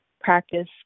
practice